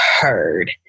heard